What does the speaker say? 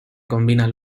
combinan